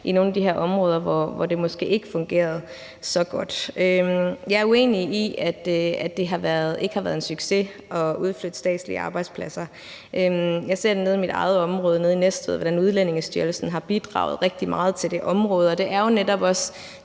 i nogle af de her områder, hvor det måske ikke fungerede så godt. Jeg er uenig i, at det ikke har været en succes at udflytte statslige arbejdspladser. Jeg kan se, hvordan Udlændingestyrelsen nede i mit eget område, i Næstved, har bidraget rigtig meget til det område, og der er jo netop også